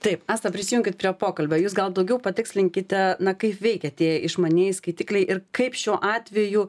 taip asta prisijunkit prie pokalbio jūs gal daugiau patikslinkite na kaip veikia tie išmanieji skaitikliai ir kaip šiuo atveju